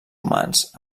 humans